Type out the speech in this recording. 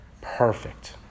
perfect